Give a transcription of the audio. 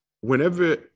whenever